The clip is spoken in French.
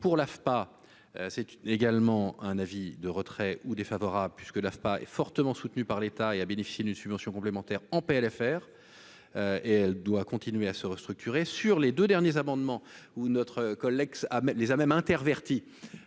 pour l'AFPA c'est également un avis de retrait ou défavorable puisque l'AFPA est fortement soutenu par l'État et a bénéficié d'une subvention complémentaire en PLFR et elle doit continuer à se restructurer sur les deux derniers amendements où notre collègue ah les a même interverti